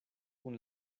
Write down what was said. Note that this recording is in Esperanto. kun